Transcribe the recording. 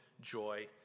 joy